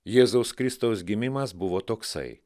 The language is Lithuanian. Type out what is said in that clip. jėzaus kristaus gimimas buvo toksai